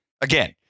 Again